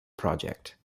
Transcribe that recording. project